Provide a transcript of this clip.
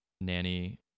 nanny